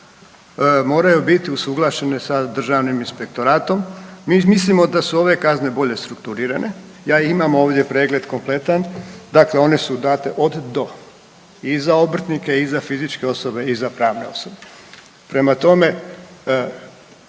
moraju biti usuglašene sa državnim inspektoratom. Mi mislimo da su ove kazne bolje strukturirane, ja ih imam ovdje pregled kompletan, dakle one su date od do, i za obrtnike i za fizičke osobe i za pravne osobe. Prema tome